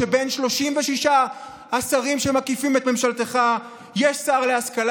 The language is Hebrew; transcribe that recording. שמבין 36 השרים שמקיפים את ממשלתך יש שר להשכלה